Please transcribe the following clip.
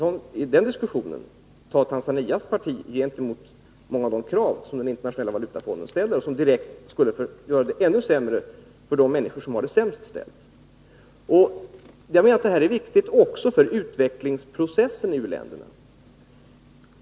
Man måste tvärtom ta Tanzanias parti gentemot många av de krav som Internationella valutafonden ställer och som direkt skulle göra det ännu sämre för de människor som har det sämst. Detta är viktigt också för utvecklingsprocesser i u-länderna.